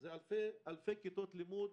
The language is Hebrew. זה אלפי כיתות לימוד,